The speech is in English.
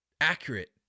accurate